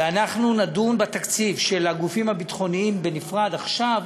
ואנחנו נדון בתקציב של הגופים הביטחוניים בנפרד עכשיו,